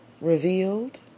revealed